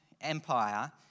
Empire